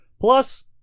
plus